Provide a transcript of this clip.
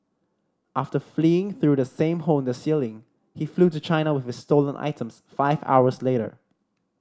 after fleeing through the same hole in the ceiling he flew to China with his stolen items five hours later